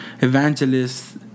evangelists